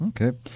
Okay